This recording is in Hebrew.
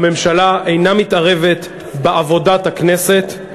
הממשלה אינה מתערבת בעבודה הכנסת.